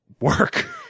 work